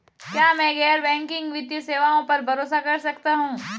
क्या मैं गैर बैंकिंग वित्तीय सेवाओं पर भरोसा कर सकता हूं?